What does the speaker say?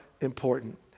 important